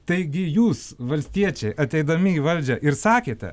taigi jūs valstiečiai ateidami į valdžią ir sakėte